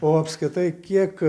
o apskritai kiek